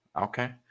Okay